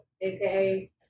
aka